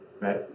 Right